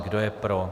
Kdo je pro?